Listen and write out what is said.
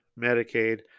Medicaid